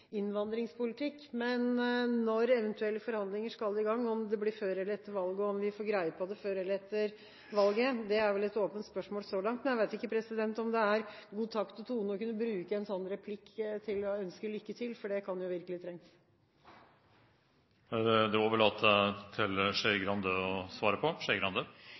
innvandringspolitikk, men når eventuelle forhandlinger skal i gang – om det blir før eller etter valget, og om vi får greie på det før eller etter valget – er vel et åpent spørsmål så langt. Jeg vet ikke om det er god takt og tone å kunne bruke en replikk til å ønske lykke til, for det kan jo virkelig trengs. Det vil presidenten overlate til representanten Trine Skei Grande å svare på.